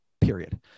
Period